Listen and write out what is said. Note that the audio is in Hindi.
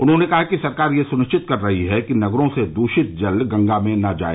उन्होंने कहा कि सरकार यह सुनिश्चित कर रही है कि नगरों से द्रषित जल गंगा में न जाए